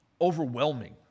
overwhelming